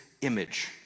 image